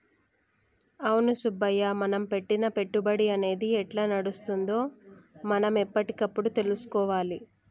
అవును సుబ్బయ్య మనం పెట్టిన పెట్టుబడి అనేది ఎట్లా నడుస్తుందో మనం ఎప్పటికప్పుడు తెలుసుకోవాలి